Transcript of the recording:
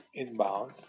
inbound